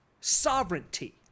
sovereignty